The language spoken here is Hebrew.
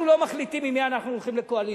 אנחנו לא מחליטים עם מי אנחנו הולכים לקואליציה.